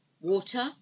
Water